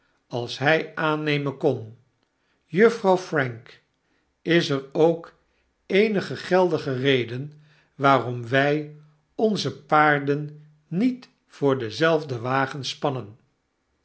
als hij aannemen kon juffrouw prank is er ook eenige geldige reden waarom wij onze paarden niet voordenzelfden wagen spannen